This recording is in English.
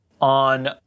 on